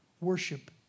worship